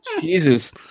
Jesus